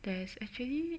there's actually